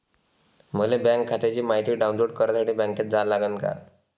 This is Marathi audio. मले बँक खात्याची मायती डाऊनलोड करासाठी बँकेत जा लागन का?